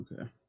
Okay